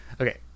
Okay